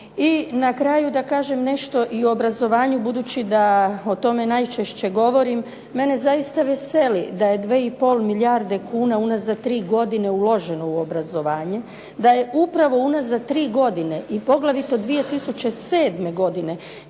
I na karaju da kažem nešto i o obrazovanju budući da o tome najčešće govorim. Mene zaista veseli da je 2,5 milijarde kuna unazad tri godine uloženo u obrazovanje, da je upravo unazad tri godine i poglavito 2007. godine